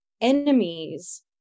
enemies